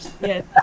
Yes